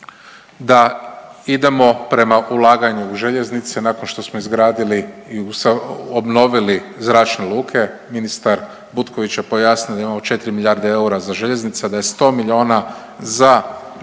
da idemo prema ulaganju u željeznice nakon što smo izgradili i obnovili zračne luke, ministar Butković je pojasnio da imam 4 milijarde eura za željeznice, a da je 100 milijuna za ove